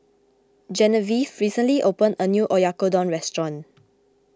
Genevieve recently opened a new Oyakodon restaurant